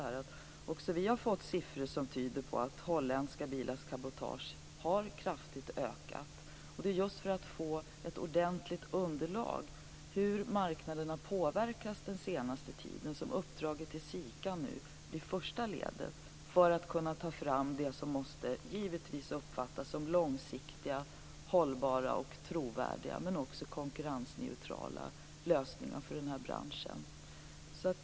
Vi har också fått siffror som tyder på att holländska bilars cabotage kraftigt har ökat. Det är just för att få ett ordentligt underlag om hur marknaden har påverkats under den senaste tiden som uppdraget till SIKA är första ledet för att vi skall kunna ta fram det som givetvis måste uppfattas som långsiktiga, hållbara och trovärdiga, men också konkurrensneutrala lösningar för den här branschen.